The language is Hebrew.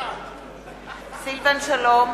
בעד סילבן שלום,